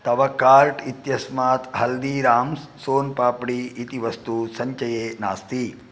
तव कार्ट् इत्यस्मात् हल्दिराम्स् सोन् पाप्डी इति वस्तु सञ्चये नास्ति